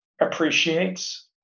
appreciates